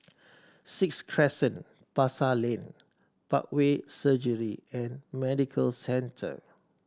Sixth Crescent Pasar Lane Parkway Surgery and Medical Centre